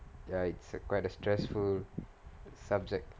ya it's a quite a stressful subject